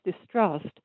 distrust